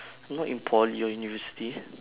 not in poly or university